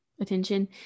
attention